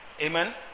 Amen